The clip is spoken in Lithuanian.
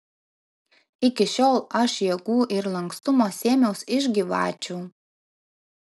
iki šiol aš jėgų ir lankstumo sėmiaus iš gyvačių